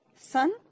Son